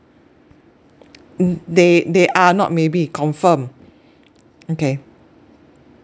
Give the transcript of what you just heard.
mm they they are not maybe confirm okay